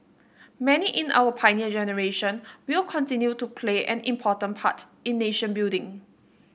many in our Pioneer Generation will continue to play an important parts in nation building